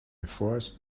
forced